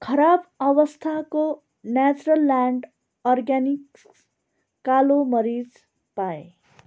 खराब अवस्थाको Natural Land Organics कालो मरिच पाएँ